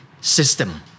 system